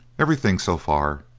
everything, so far,